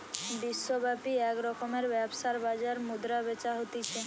বিশ্বব্যাপী এক রকমের ব্যবসার বাজার মুদ্রা বেচা হতিছে